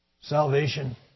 salvation